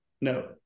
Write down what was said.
no